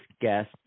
guest